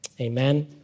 Amen